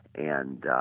and